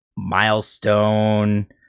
Milestone